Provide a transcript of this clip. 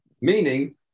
meaning